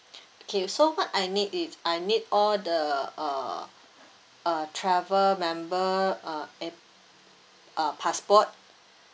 okay so what I need is I need all the uh uh travel member uh uh passport